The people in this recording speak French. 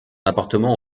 appartement